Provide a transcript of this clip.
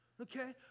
okay